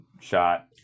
shot